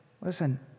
Listen